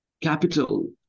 capital